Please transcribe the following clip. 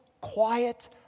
quiet